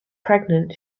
pregnant